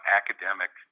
academic